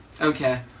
Okay